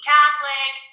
Catholic